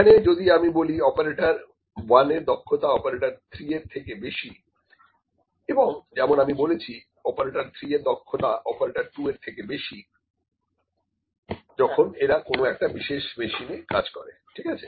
এখন যদি আমি বলি অপারেটর 1 এর দক্ষতা অপারেটর 3 এর থেকে বেশি এবং যেমন আমি বলেছি অপারেটর 3 এর দক্ষতা অপারেটর 2 এর থেকে বেশি যখন এরা কোন একটা বিশেষ মেশিন এ কাজ করে ঠিক আছে